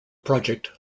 project